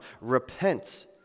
Repent